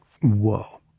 Whoa